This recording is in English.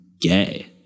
gay